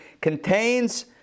contains